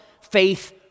faith